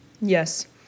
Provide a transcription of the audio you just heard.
yes